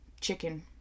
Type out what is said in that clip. Chicken